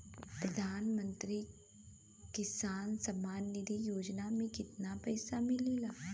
प्रधान मंत्री किसान सम्मान निधि योजना में कितना पैसा मिलेला?